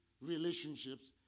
relationships